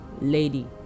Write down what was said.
lady